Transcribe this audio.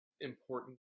important